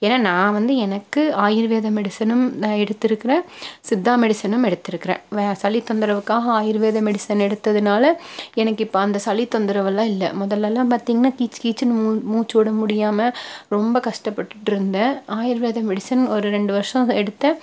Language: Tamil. ஏன்னா நான் வந்து எனக்கு ஆயுர்வேத மெடிசனும் நான் எடுத்திருக்குறேன் சித்தா மெடிசனும் எடுத்திருக்குறேன் வேற சளித் தொந்தரவுக்காக ஆயுர்வேத மெடிசன் எடுத்ததனால எனக்கு இப்போ அந்த சளி தொந்தரவு எல்லாம் இல்லை முதல் எல்லாம் பார்த்திங்னா கீச் கீச்சுனு மூ மூச்சுவிட முடியாமல் ரொம்ப கஷ்டப்பட்டுகிட்ருந்தேன் ஆயுர்வேத மெடிசன் ஒரு ரெண்டு வருஷம் எடுத்தேன்